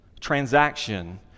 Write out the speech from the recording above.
transaction